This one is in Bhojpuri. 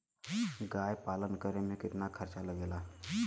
गाय पालन करे में कितना खर्चा लगेला?